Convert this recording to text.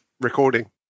recording